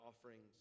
offerings